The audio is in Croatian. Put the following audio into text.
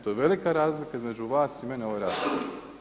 To je velika razlika između vas i mene u ovoj raspravi.